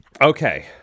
Okay